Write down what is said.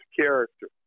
character